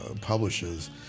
publishes